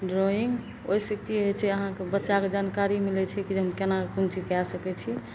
drawing ओइसँ की होइ छै अहाँके बच्चाके जानकारी मिलय छै कि जे हम केनाकए पेन्टिंग कए सकय छी